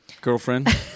girlfriend